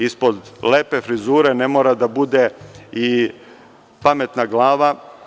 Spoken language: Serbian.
Ispod lepe frizure ne mora da bude i pametna glava.